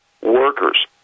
workers